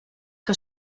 que